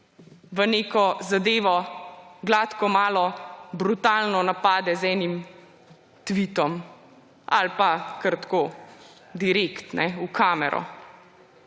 v neko zadevo, gladko malo brutalno napade z enim tvitom ali pa kar tako, direkt v kamero.